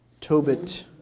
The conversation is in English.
Tobit